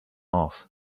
off